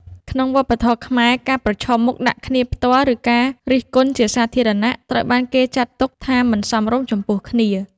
ក្នុងវប្បធម៌ខ្មែរ ការប្រឈមមុខដាក់គ្នាផ្ទាល់ ឬការរិះគន់ជាសាធារណៈ ត្រូវបានគេចាត់ទុកថាមិនសមរម្យចំពោះគ្នា។